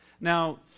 Now